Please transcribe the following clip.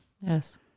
Yes